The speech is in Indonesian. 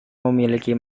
memiliki